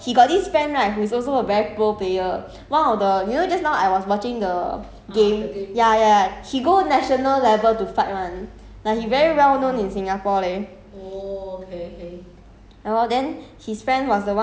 want to change it back then he was saying twenty eight dollar leh but he know he got this friend right who is also a very pro player one of the you know just now I was watching the game ya ya he go national level to fight [one] like he very well known in singapore leh